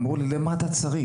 אמרו לי: למה אתה צריך?